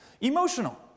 emotional